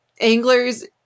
anglers